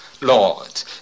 Lord